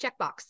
checkbox